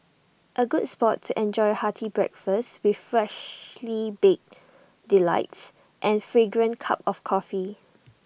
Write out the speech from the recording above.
A good spot to enjoy hearty breakfast with freshly baked delights and fragrant cup of coffee